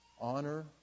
Honor